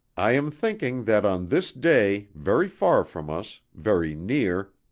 i am thinking that on this day, very far from us, very near,